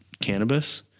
cannabis